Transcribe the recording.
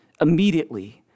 immediately